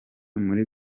muri